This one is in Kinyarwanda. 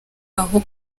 aho